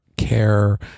care